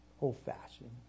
old-fashioned